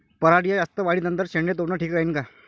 पराटीच्या जास्त वाढी नंतर शेंडे तोडनं ठीक राहीन का?